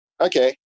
okay